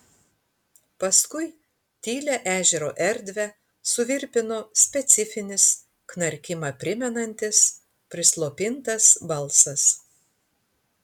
paskui tylią ežero erdvę suvirpino specifinis knarkimą primenantis prislopintas balsas